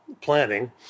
planning